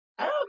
Okay